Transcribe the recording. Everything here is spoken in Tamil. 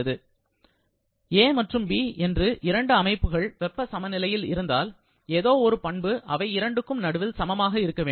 A மற்றும் B என்று இரண்டு அமைப்புகள் வெப்ப சமநிலையில் இருந்தால் ஏதோ ஒரு பண்பு அவை இரண்டுக்கும் நடுவில் சமமாக இருக்க வேண்டும்